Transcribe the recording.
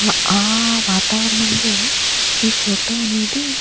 ఆ వాతావరణంలో ఈ ఫోటో అనేది